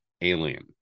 Alien